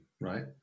right